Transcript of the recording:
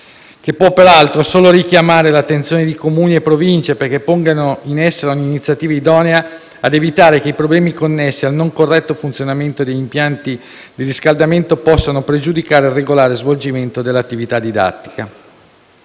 che può peraltro solo richiamare l'attenzione di Comuni e Province perché pongano in essere ogni iniziativa idonea ad evitare che i problemi connessi al non corretto funzionamento degli impianti di riscaldamento possano pregiudicare il regolare svolgimento dell'attività didattica.